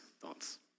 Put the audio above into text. thoughts